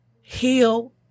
heal